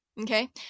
Okay